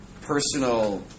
personal